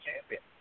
champion